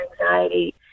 anxiety